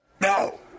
No